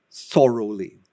Thoroughly